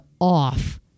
off